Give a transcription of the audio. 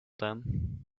them